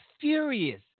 furious